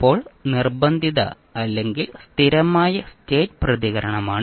ഇപ്പോൾ നിർബന്ധിത അല്ലെങ്കിൽ സ്ഥിരമായ സ്റ്റേറ്റ് പ്രതികരണമാണ്